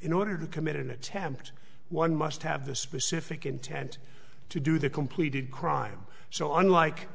in order to commit an attempt one must have the specific intent to do the completed crime so unlike